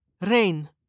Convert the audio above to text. Rain